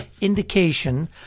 indication